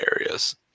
areas